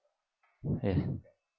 ya